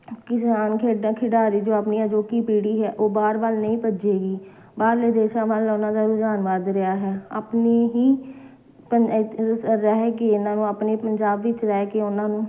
ਕਿਸੇ ਆਨ ਖੇਡਾਂ ਖਿਡਾਰੀ ਜੋ ਆਪਣੀ ਅਜੋਕੀ ਪੀੜ੍ਹੀ ਹੈ ਉਹ ਬਾਹਰ ਵੱਲ ਨਹੀਂ ਭੱਜੇਗੀ ਬਾਹਰਲੇ ਦੇਸ਼ਾਂ ਵੱਲ ਉਹਨਾਂ ਦਾ ਰੁਝਾਨ ਵੱਧ ਰਿਹਾ ਹੈ ਆਪਣੀ ਹੀ ਪੰ ਰਹਿ ਕੇ ਇਹਨਾਂ ਨੂੰ ਆਪਣੇ ਪੰਜਾਬ ਵਿੱਚ ਰਹਿ ਕੇ ਉਹਨਾਂ ਨੂੰ